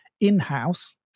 in-house